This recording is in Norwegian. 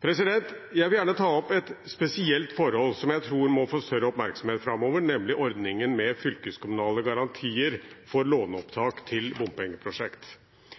Jeg vil gjerne ta opp et spesielt forhold som jeg tror må få større oppmerksomhet framover, nemlig ordningen med fylkeskommunale garantier for